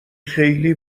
خیلی